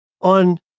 on